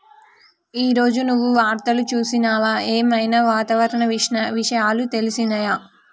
ఈ రోజు నువ్వు వార్తలు చూసినవా? ఏం ఐనా వాతావరణ విషయాలు తెలిసినయా?